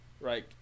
right